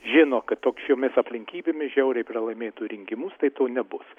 žino kad tokiomis aplinkybėmis žiauriai pralaimėtų rinkimus tai to nebus